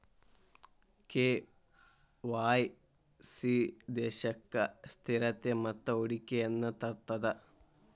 KYC ದೇಶಕ್ಕ ಸ್ಥಿರತೆ ಮತ್ತ ಹೂಡಿಕೆಯನ್ನ ತರ್ತದ